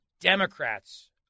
Democrats